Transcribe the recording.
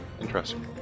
Interesting